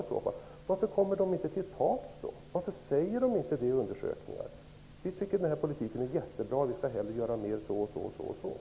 Men varför kommer den inte till tals? Varför säger man inte att man tycker att politiken är jättebra i undersökningarna?